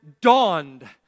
dawned